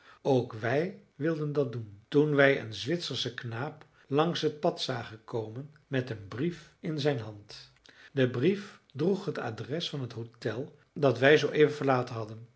ook wij wilden dat doen toen wij een zwitserschen knaap langs het pad zagen komen met een brief in zijn hand de brief droeg het adres van het hotel dat wij zooeven verlaten hadden